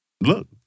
Look